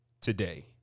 today